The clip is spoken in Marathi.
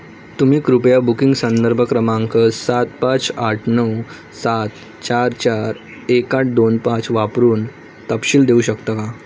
तुम्ही कृपया बुकिंग संदर्भ क्रमांक सात पाच आठ नऊ सात चार चार एक आठ दोन पाच वापरून तपशील देऊ शकता का